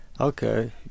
Okay